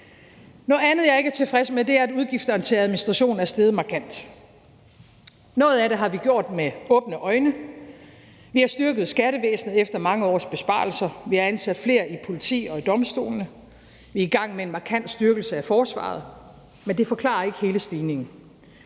Noget andet, jeg ikke er tilfreds med, er, at udgifterne til administration er steget markant. Noget af det har vi gjort med åbne øjne. Vi har styrket skattevæsenet efter mange års besparelser. Vi har ansat flere i politi og i domstolene. Vi er i gang med en gang markant styrkelse af forsvaret, men det forklarer ikke hele stigningen.